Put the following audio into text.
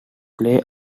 play